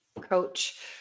coach